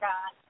God